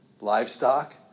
livestock